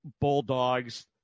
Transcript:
bulldogs